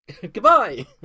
Goodbye